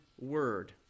word